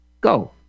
go